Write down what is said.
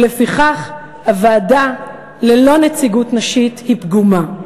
ולפיכך הוועדה ללא נציגות נשית היא פגומה.